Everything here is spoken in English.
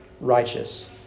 righteous